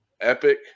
epic